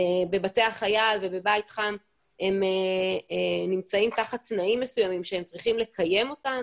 בבתי החייל ובבית חם הם נמצאים תחת תנאים מסוימים שהם צריכים לקיים אותם